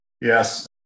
Yes